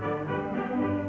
the next